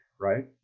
right